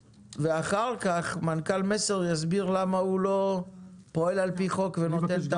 אחר כך מנכ"ל מסר יסביר למה הוא לא פועל על פי חוק ונותן את